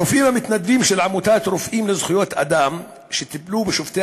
הרופאים המתנדבים של עמותת "רופאים לזכויות אדם" שטיפלו בשובתי